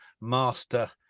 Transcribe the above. master